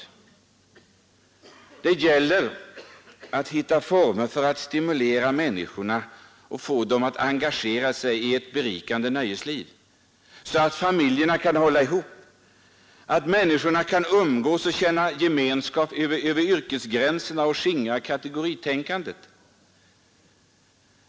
Det gäller att hitta former för att stimulera människorna och få dem att engagera sig i ett berikande nöjesliv, så att familjerna kan hålla ihop, så att människor kan umgås och känna gemenskap över yrkesgränserna och för att skingra kategoritänkandet.